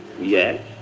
yes